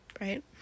right